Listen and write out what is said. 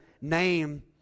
name